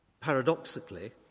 paradoxically